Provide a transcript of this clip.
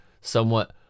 somewhat